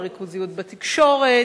הריכוזיות בתקשורת.